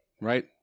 Right